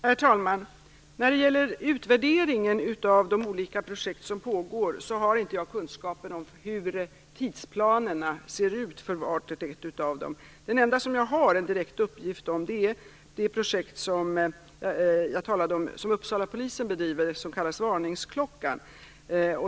Herr talman! Beträffande utvärderingen av de olika projekt som pågår har jag inte kunskap om hur tidsplanerna ser ut för var och ett av dem. Det enda jag har en direkt uppgift om är det projekt som Uppsalapolisen bedriver och som kallas Varningsklockan.